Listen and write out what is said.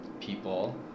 people